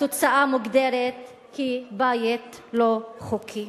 התוצאה מוגדרת כבית לא חוקי.